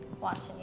watching